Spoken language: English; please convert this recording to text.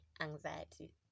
anxiety